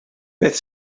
beth